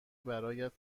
برایت